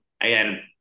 again